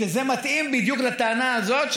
שזה מתאים בדיוק לטענה הזאת,